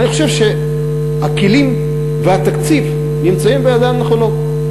אני חושב שהכלים והתקציב נמצאים בידיים נכונות.